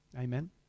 Amen